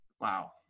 wow